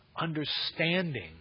understanding